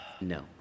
No